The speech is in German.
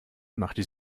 machte